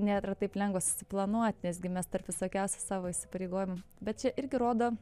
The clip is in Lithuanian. nėra taip lengva susiplanuot nesgi mes tarp visokiausių savo įsipareigojimų bet čia irgi rodo